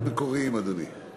מנסים להיות מקוריים, אדוני.